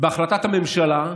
בהחלטת הממשלה,